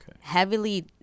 Heavily